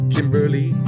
Kimberly